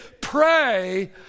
pray